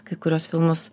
kai kuriuos filmus